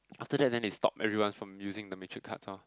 after that then they stop everyone from using the metric cards lor